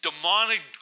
Demonic